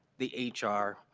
the h r.